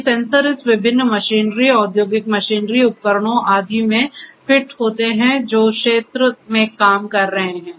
ये सेंसर इस विभिन्न मशीनरी औद्योगिक मशीनरी उपकरणों आदि मैं फिट होते हैं जो क्षेत्र में काम कर रहे हैं